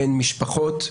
בין משפחות,